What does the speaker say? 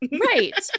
Right